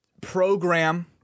program